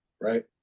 right